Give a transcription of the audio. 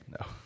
No